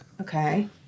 okay